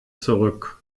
zurück